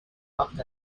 loved